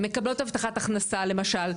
מקבלות הבטחת הכנסה למשל,